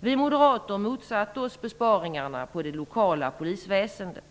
Vi moderater motsatte oss besparingarna på det lokala polisväsendet.